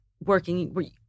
working